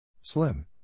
Slim